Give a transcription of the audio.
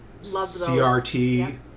CRT